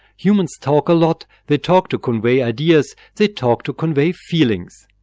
humans talk a lot, they talk to convey ideas, they talk to convey feelings.